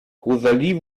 rosalie